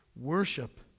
Worship